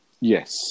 Yes